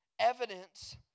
Evidence